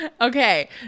Okay